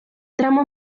tramo